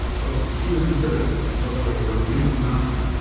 dr kiaran kirk and dr rowena martin,